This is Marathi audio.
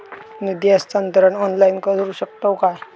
निधी हस्तांतरण ऑनलाइन करू शकतव काय?